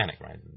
right